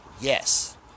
yes